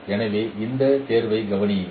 எனவே இந்த தேர்வை கவனியுங்கள்